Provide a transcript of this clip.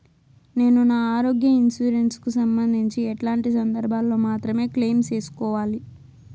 నేను నా ఆరోగ్య ఇన్సూరెన్సు కు సంబంధించి ఎట్లాంటి సందర్భాల్లో మాత్రమే క్లెయిమ్ సేసుకోవాలి?